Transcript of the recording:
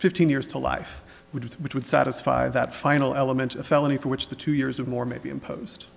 fifteen years to life which is which would satisfy that final element a felony for which the two years or more may be impos